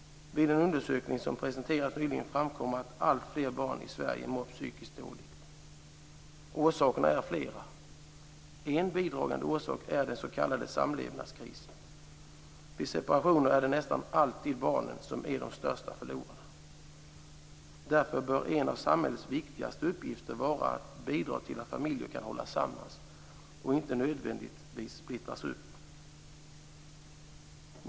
Vid en undersökning som presenterades nyligen framkom att alltfler barn i Sverige mår psykiskt dåligt. Orsakerna är flera. En bidragande orsak är den s.k. samlevnadskrisen. Vid separationer är det nästan alltid barnen som är de största förlorarna. Därför bör en av samhällets viktigaste uppgifter vara att bidra till att familjer kan hållas samman och inte onödigtvis splittras upp.